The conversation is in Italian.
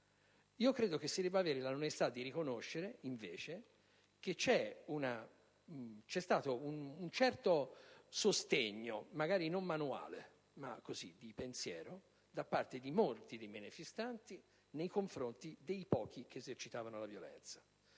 Credo si debba avere l'onestà di riconoscere, invece, che c'è stato un certo sostegno, magari non fisico ma emotivo, da parte di molti dei manifestanti nei confronti dei pochi che esercitavano la violenza.